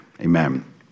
amen